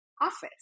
office